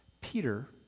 Peter